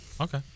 Okay